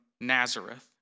Nazareth